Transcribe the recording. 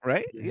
Right